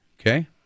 Okay